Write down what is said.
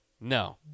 No